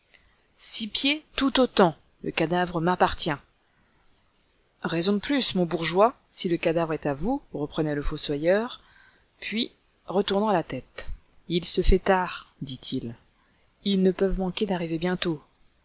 six pieds tout autant le cadavre m'appartient raison de plus mon bourgeois si le cadavre est à vous reprenait le fossoyeur puis retournant la tête il se fait tard dit-il ils ne peuvent manquer d'arriver bientôt